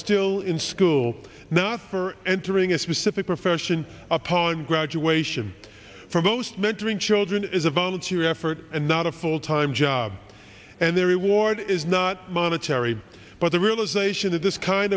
still in school not for entering a specific profession upon graduation from the mentoring children is a volunteer effort and not a full time job and their reward is not monetary but the realisation of this kind